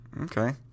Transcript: Okay